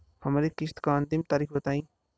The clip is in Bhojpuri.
हमरे किस्त क अंतिम तारीख बताईं?